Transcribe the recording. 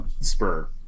spur